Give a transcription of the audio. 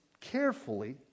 carefully